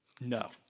No